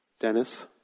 Dennis